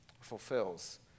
fulfills